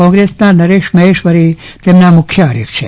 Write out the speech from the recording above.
કોગ્રેસના નરેશ મહેશ્વરી તેમના મુખ્ય હરીફ છે